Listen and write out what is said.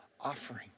offering